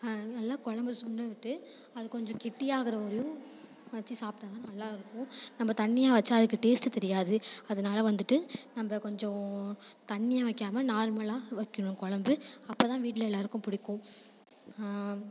நல்லா கொழம்பு சுண்டவிட்டு அது கொஞ்சம் கெட்டி ஆகிற வரையும் வச்சு சாப்பிட்டாதான் நல்லாயிருக்கும் நம்ம தண்ணியாக வைச்சா அதுக்கு டேஸ்ட்டு தெரியாது அதனால வந்துட்டு நம்ம கொஞ்சம் தண்ணியாக வைக்காமல் நார்மலாக வைக்கணும் கொழம்பு அப்போதான் வீட்டில் எல்லாேருக்கும் பிடிக்கும்